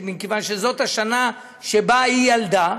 מכיוון שזו השנה שבה היא ילדה,